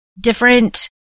different